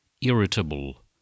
irritable